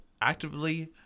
actively